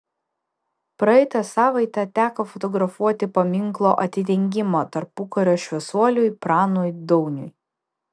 praeitą savaitę teko fotografuoti paminklo atidengimą tarpukario šviesuoliui pranui dauniui